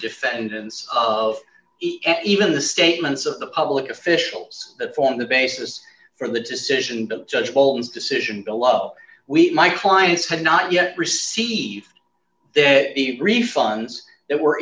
defendants of even the statements of the public officials that form the basis for the decision to judge holmes decision we my clients have not yet received the refunds that were